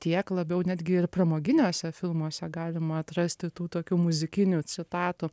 tiek labiau netgi ir pramoginiuose filmuose galima atrasti tų tokių muzikinių citatų